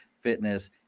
fitness